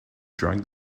drug